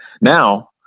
now